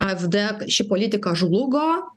afd ši politika žlugo